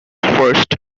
first